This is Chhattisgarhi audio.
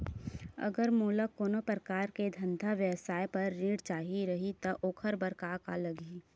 अगर मोला कोनो प्रकार के धंधा व्यवसाय पर ऋण चाही रहि त ओखर बर का का लगही?